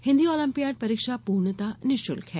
Hindi olympiad परीक्षा पूर्णतः निःशुल्क है